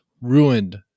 ruined